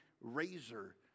razor